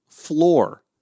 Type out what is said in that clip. floor